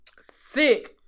Sick